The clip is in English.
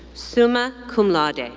summa cum laude. and